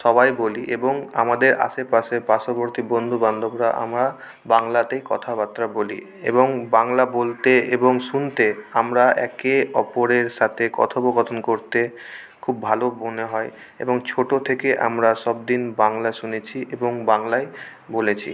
সবাই বলি এবং আমাদের আশেপাশে পার্শ্ববর্তী বন্ধুবান্ধবরা আমারা বাংলাতেই কথাবার্তা বলি এবং বাংলা বলতে এবং শুনতে আমারা একে ওপরের সাথে কথোপকথন করতে খুব ভালো মনে হয় এবং ছোটো থেকে আমরা সবদিন বাংলা শুনেছি এবং বাংলায় বলেছি